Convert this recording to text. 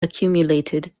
accumulated